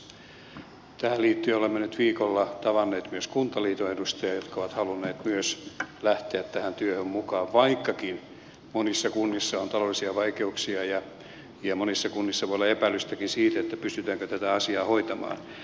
tähän liittyen olemme nyt viikolla tavanneet myös kuntaliiton edustajia jotka ovat halunneet myös lähteä tähän työhön mukaan vaikkakin monissa kunnissa on taloudellisia vaikeuksia ja monissa kunnissa voi olla epäilystäkin siitä pystytäänkö tätä asiaa hoitamaan